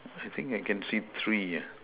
I think I can see three ah